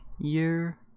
year